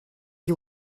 you